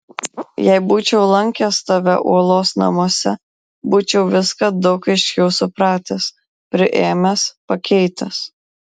jei būčiau lankęs tave uolos namuose būčiau viską daug aiškiau supratęs priėmęs pakeitęs